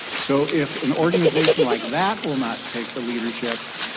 so if an organisation like that will not take the leadership,